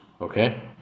okay